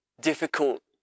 difficult